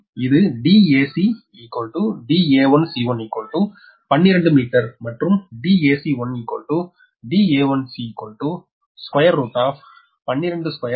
மற்றும் இது dac da1c1 12 மீட்டர் மற்றும் dac1 da1c √122 0